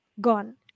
gone